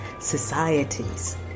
societies